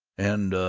and, ah,